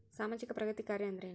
ಸಾಮಾಜಿಕ ಪ್ರಗತಿ ಕಾರ್ಯಾ ಅಂದ್ರೇನು?